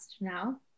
now